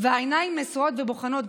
והעיניים נשואות ובוחנות.